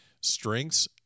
strengths